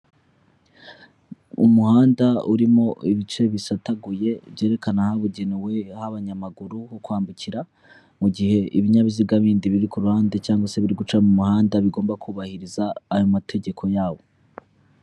Umuhanda urimo ibice bisataguye byerekana ahabugenewe h'abanyamaguru ho kwambukira, mu gihe ibinyabiziga bindi biri ku ruhande cg se biri guca mu muhanda bigomba kubahiriza ayo mategeko yawo.